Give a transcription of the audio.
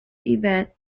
event